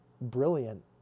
brilliant